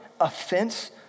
offense